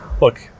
look